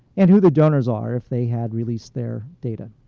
and who the donors are if they had released their data.